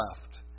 left